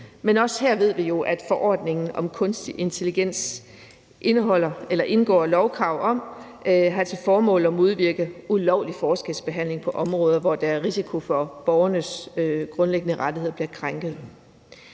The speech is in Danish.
Men også her ved vi jo, at forordningen om kunstig intelligens indeholder lovkrav om, at det har til formål at modvirke ulovlig forskelsbehandling på områder, hvor der er risiko for, at borgernes grundlæggende rettigheder bliver krænket.